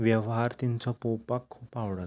वेव्हार तांचो पळोवपाक खूब आवडटा